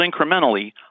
incrementally